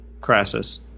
Crassus